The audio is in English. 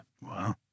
Wow